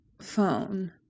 phone